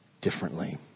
differently